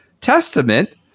testament